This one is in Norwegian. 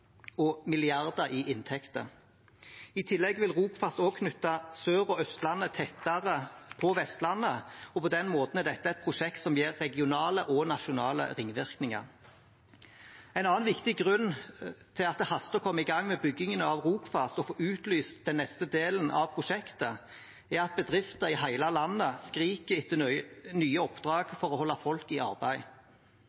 og milliarder i inntekter. I tillegg vil Rogfast knytte Sørlandet og Østlandet tettere til Vestlandet. På den måten er dette et prosjekt som gir regionale og nasjonale ringvirkninger. En annen viktig grunn til at det haster med å komme i gang med byggingen av Rogfast og få utlyst den neste delen av prosjektet, er at bedrifter i hele landet skriker etter nye oppdrag